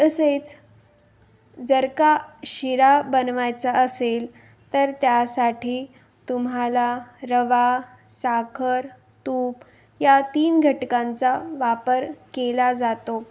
तसेच जर का शिरा बनवायचा असेल तर त्यासाठी तुम्हाला रवा साखर तूप या तीन घटकांचा वापर केला जातो